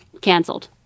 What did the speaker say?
canceled